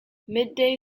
midday